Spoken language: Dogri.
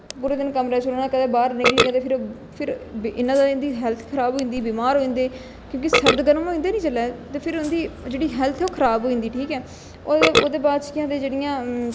पूरा दिन कमरे च रौहना कदें बाहर निकलगे ते फिर फिर इन्ना जादा इं'दी हैल्थ खराब होई जंदी बमार होई जंदे क्योंकि सर्द गर्म होई जंदे न जिसले ते फिर उं'दी जेह्ड़ी हैल्थ ऐ ओह् खराब होई जंदी ठीक ऐ होर ओह्दे बाद च केह् आखदे जेह्ड़ियां